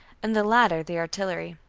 and the latter the artillery.